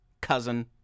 cousin